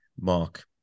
mark